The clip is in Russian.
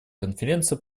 конференция